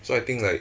so I think like